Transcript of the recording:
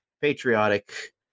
patriotic